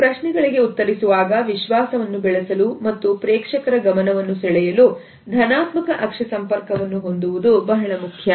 ಈ ಪ್ರಶ್ನೆಗಳಿಗೆ ಉತ್ತರಿಸುವಾಗ ವಿಶ್ವಾಸವನ್ನು ಬೆಳೆಸಲು ಮತ್ತು ಪ್ರೇಕ್ಷಕರ ಗಮನವನ್ನು ಸೆಳೆಯಲು ಧನಾತ್ಮಕ ಅಕ್ಷಿ ಸಂಪರ್ಕವನ್ನು ಹೊಂದುವುದು ಬಹಳ ಮುಖ್ಯ